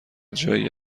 جایی